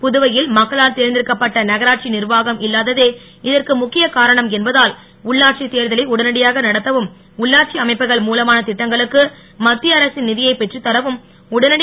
புதுவையில் மக்களால் தேர்ந்தெடுக்கப்பட்ட நகராட்சி நிர்வாகம் இல்லாததே இதற்கு முக்கிய காரணம் என்பதால் உள்ளாட்சி தேர்தலை உடனடியாக நடத்தவும் உள்ளாட்சி அமைப்புகள் மூலமான திட்டங்களுக்கு மத்திய அரசின் நிதியை பெற்றுத் தரவும் உடனடி